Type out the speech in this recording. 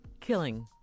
killing